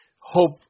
hope